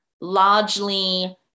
largely